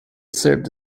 served